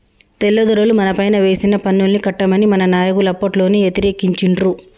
తెల్లదొరలు మనపైన వేసిన పన్నుల్ని కట్టమని మన నాయకులు అప్పట్లోనే యతిరేకించిండ్రు